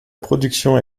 production